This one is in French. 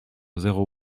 zéro